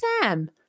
Sam